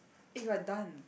eh we're done